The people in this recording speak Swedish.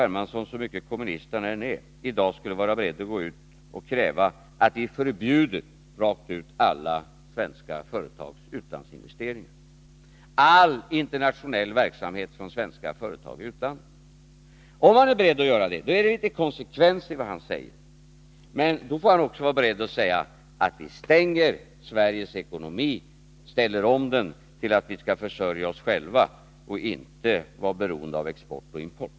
Hermansson i dag, så mycket kommunist han än är, skulle vara beredd att gå ut och kräva att vi rent av förbjuder alla svenska företags utlandsinvesteringar, all internationell verksamhet från svenska företags sida i utlandet. Om han är beredd att göra detta, är det litet konsekvens i vad han säger. Men då får han också vara beredd att säga att vi stänger Sveriges ekonomi, ställer om den så att vi blir självförsörjande och oberoende av export och import.